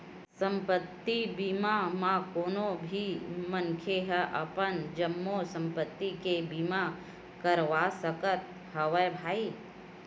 संपत्ति बीमा म कोनो भी मनखे ह अपन जम्मो संपत्ति के बीमा करवा सकत हवय भई